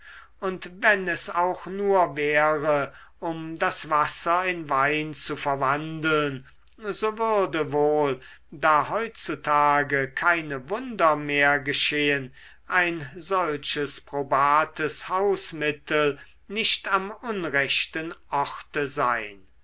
und wenn es auch nur wäre um das wasser in wein zu verwandeln so würde wohl da heutzutage keine wunder mehr geschehen ein solches probates hausmittel nicht am unrechten orte sein